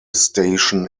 station